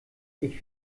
ich